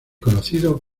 conocido